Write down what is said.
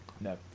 No